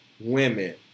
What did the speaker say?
women